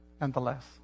nonetheless